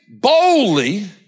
boldly